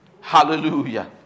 Hallelujah